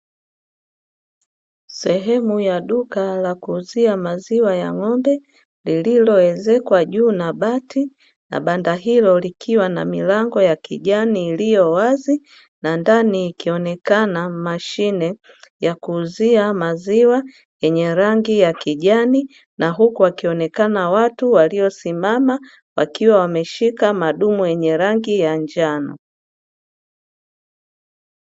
Sehemu ya duka la kuuzia maziwa ya ng’ombe, lililowezekwa juu na bati, na banda hilo likiwa na milango ya kijani iliyo wazi na ndani ikionekana mashine ya kuuzia maziwa yenye rangi ya kijani, na huku wakionekana watu wamesimama wakiwa wameshika madumu yenye rangi ya njano.